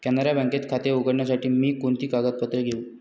कॅनरा बँकेत खाते उघडण्यासाठी मी कोणती कागदपत्रे घेऊ?